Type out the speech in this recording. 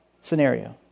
scenario